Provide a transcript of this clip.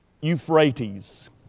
Euphrates